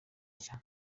nshya